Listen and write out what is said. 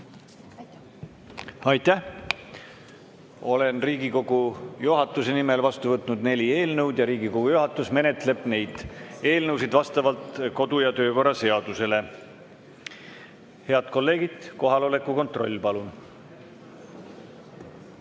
Aitäh! Olen Riigikogu juhatuse nimel vastu võtnud neli eelnõu ja Riigikogu juhatus menetleb neid eelnõusid vastavalt kodu- ja töökorra seadusele. Head kolleegid, kohaloleku kontroll, palun!